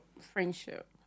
friendship